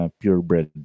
purebred